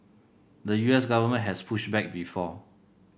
the U S government has pushed back before